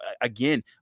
again